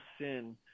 sin